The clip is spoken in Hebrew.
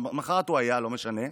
למוחרת הוא היה, לא משנה,